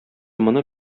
моны